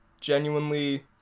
genuinely